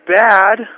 bad